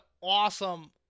awesome